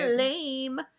Lame